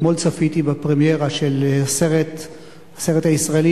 אתמול צפיתי בפרמיירה של הסרט הישראלי